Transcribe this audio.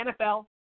NFL